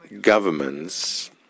governments